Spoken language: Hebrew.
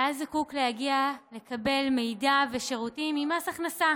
היה זקוק להגיע לקבל מידע ושירותים ממס הכנסה.